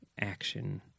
action